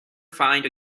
find